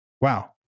wow